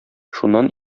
шуннан